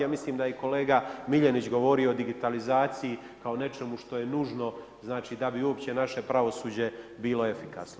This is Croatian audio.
Ja mislim da je i kolega Miljenić govorio o digitalizaciji kao nečemu što je nužno, znači, da bi uopće naše pravosuđe bilo efikasno.